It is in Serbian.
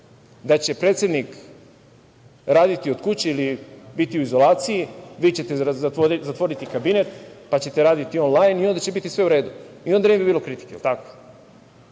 Da će predsednik raditi od kuće ili biti u izolaciji, vi ćete zatvoriti kabinet, pa ćete raditi onlajn i onda će biti sve u redu i onda ne bi bilo kritika? Da li je tako?